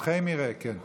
שטחי מרעה, כן.